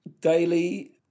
Daily